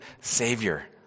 Savior